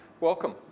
welcome